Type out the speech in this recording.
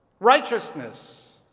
righteousness,